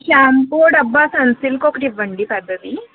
shampoo డబ్బా Sunsilk ఒకటి ఇవ్వండి పెద్దది